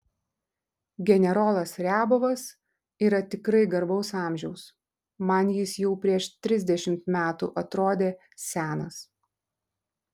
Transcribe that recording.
generolas riabovas yra tikrai garbaus amžiaus man jis jau prieš trisdešimt metų atrodė senas